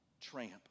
tramp